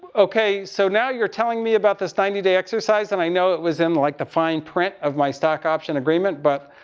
okay, so now you're telling me about this ninety day exercise. and i know it was in, like, the fine print of my stock option agreement. but,